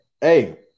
Hey